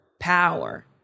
Power